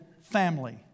family